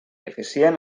eficient